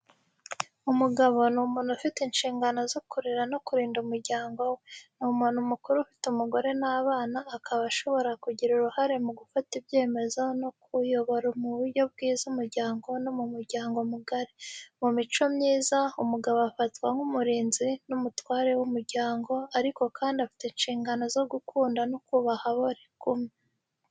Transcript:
Umugabo ni umuntu ufite inshingano zo kurera no kurinda umuryango we. Ni umuntu mukuru ufite umugore n’abana, akaba ashobora kugira uruhare mu gufata ibyemezo no kuyobora mu buryo bwiza umuryango no mu muryango mugari. Mu mico myinshi, umugabo afatwa nk’umurinzi n’umutware w’umuryango, ariko kandi afite inshingano zo gukunda no kubaha abo bari kumwe.